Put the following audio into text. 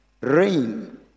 Rain